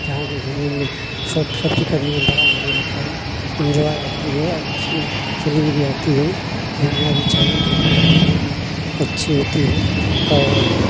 جہاں بھی گھومنے اومنے کرنے میں بڑا مزہ آتا ہے انجوائے آتی ہے اچھی فیلنگ بھی آتی ہیں گھومنا بھی چاہیے گھومنے کے لیے بھی اچھی ہوتی ہے اور